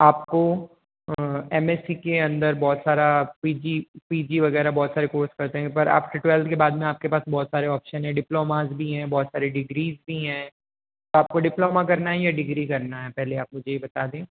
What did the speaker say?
आपको M S C के अन्दर बहुत सारा पी जी पी जी वगैरह बहुत सारे कोर्स करते हैं पर आपके ट्वेल्थ के बाद में आपके पास बहुत सारे ऑपशन है डिप्लोमाज भी हैं बहुत सारे डिग्री भी हैं आपको डिप्लोमा करना है या डिग्री करना है पहले आप मुझे ये बता दें